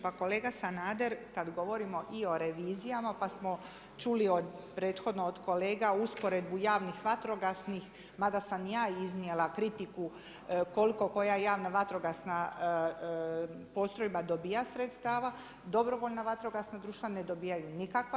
Pa kolega Sanader, kad govorimo i o revizijama pa smo čuli prethodno od kolega usporedbu javnih vatrogasnih mada sam ja iznijela kritiku koliko koja javna vatrogasna postrojba dobiva sredstava, dobrovoljna vatrogasna društva ne dobivaju nikakva.